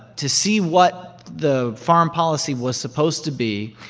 to see what the foreign policy was supposed to be.